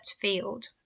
field